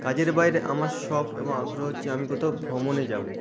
কাজের বাইরে আমার শখ এবং আগ্রহ হচ্ছে আমি কোথাও ভ্রমণে যাবো